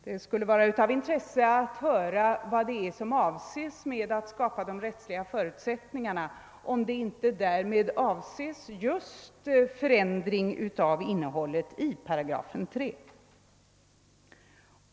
Det skulle vara av intresse att här höra vad som avses med att skapa de rättsliga förutsättningarna — om det inte därmed avses just förändring av innehållet i 3 §.